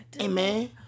amen